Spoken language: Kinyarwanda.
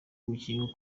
umubyinnyi